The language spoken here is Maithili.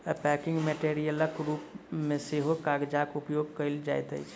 पैकिंग मेटेरियलक रूप मे सेहो कागजक उपयोग कयल जाइत अछि